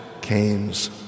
Cain's